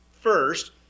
first